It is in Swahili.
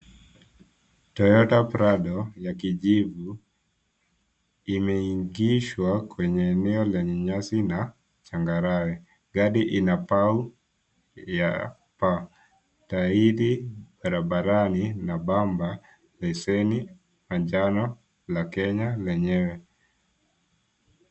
Toyota Prado ya kijivu imeingishwa kwenye eneo lenye nyasi na changarawe. Gari kina pau ya paa ya tahidi barabarani na bamba leseni, manjano la Kenya lenyewe.